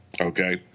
Okay